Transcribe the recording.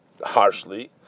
harshly